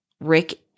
Rick